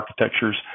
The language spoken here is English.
architectures